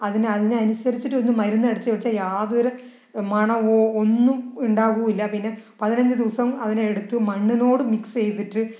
അതിന് അതിന് അതിനനുസരിച്ചിട്ട് ഒന്ന് മരുന്നടിച്ച് കൊടുത്താൽ യാതൊരു മണമോ ഒന്നും ഉണ്ടാവില്ല പിന്നെ പതിനഞ്ച് ദിവസം അതിനെ എടുത്ത് മണ്ണിനോട് മിക്സ് ചെയ്തിട്ട്